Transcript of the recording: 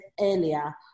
earlier